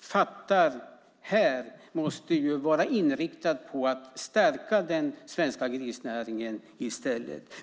beslutar om här måste i stället vara inriktade på att stärka den svenska grisnäringen.